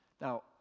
now